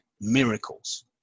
miracles